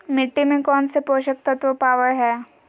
मिट्टी में कौन से पोषक तत्व पावय हैय?